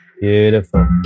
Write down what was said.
Beautiful